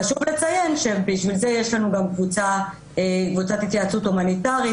חשוב לציין שבשביל זה יש לנו גם קבוצת התייעצות הומניטרית,